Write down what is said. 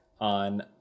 on